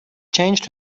changed